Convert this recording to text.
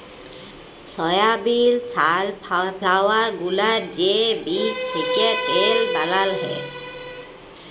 সয়াবিল, safflower গুলার যে বীজ থ্যাকে তেল বালাল হ্যয়